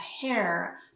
hair